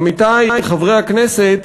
עמיתי חברי הכנסת,